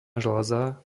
žľaza